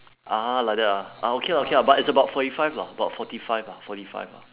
ah like that ah ah okay lah okay lah but it's about forty five lah about forty five ah forty five